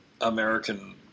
American